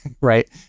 right